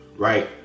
Right